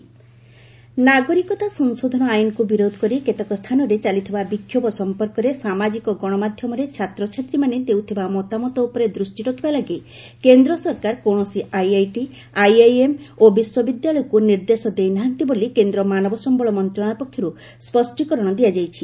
HRD ministry clarification ନାଗରିକତା ସଂଶୋଧନ ଆଇନକୁ ବିରୋଧ କରି କେତେକ ସ୍ଥାନରେ ଚାଲିଥିବା ବିକ୍ଷୋଭ ସଂପର୍କରେ ସାମାଜିକ ଗଣମାଧ୍ୟମରେ ଛାତ୍ରଛାତ୍ରୀମାନେ ଦେଉଥିବା ମତାମତ ଉପରେ ଦୂଷ୍ଟି ରଖିବା ଲାଗି କେନ୍ଦ୍ର ସରକାର କୌଣସି ଆଇଆଇଟି ଆଇଆଇଏମ୍ ଓ ବିଶ୍ୱବିଦ୍ୟାଳୟକ୍ତ ନିର୍ଦ୍ଦେଶ ଦେଇନାହାନ୍ତି ବୋଲି କେନ୍ଦ୍ର ମାନବ ସମ୍ଭଳ ମନ୍ତ୍ରଣାଳୟ ପକ୍ଷର୍ ସ୍ୱଷ୍ଟୀକରଣ ଦିଆଯାଇଛି